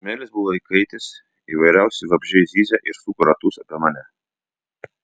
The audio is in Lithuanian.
smėlis buvo įkaitęs įvairiausi vabzdžiai zyzė ir suko ratus apie mane